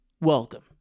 welcome